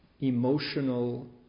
emotional